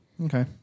Okay